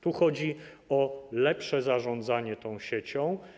Tu chodzi o lepsze zarządzanie tą siecią.